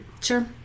Sure